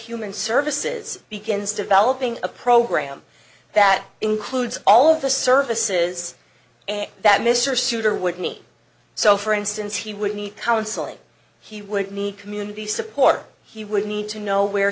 human services begins developing a program that includes all of the services that mr suitor would need so for instance he would need counseling he would need community support he would need to know where